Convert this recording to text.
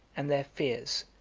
and their fears,